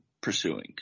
pursuing